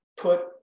put